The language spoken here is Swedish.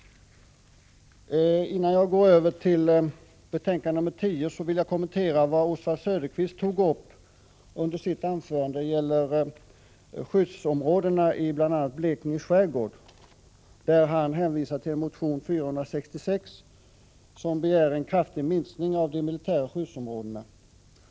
Innan jag går över till betänkande nr 10 vill jag kommentera vad Oswald Söderqvist tog upp i sitt anförande om skyddsområdena i bl.a. Blekinge skärgård. Han hänvisade till motion 466 som begär en kraftig minskning av de militära skyddsområdena.